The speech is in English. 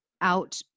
out